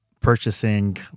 purchasing